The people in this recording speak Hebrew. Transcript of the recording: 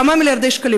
כמה מיליארדי שקלים.